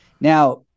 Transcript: Now